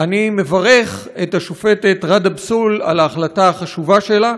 אני מברך את השופטת ג'אדה בסול על ההחלטה החשובה שלה,